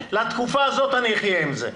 לתקופה הזאת אני אחיה עם זה.